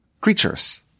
creatures